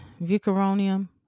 Vicaronium